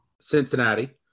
Cincinnati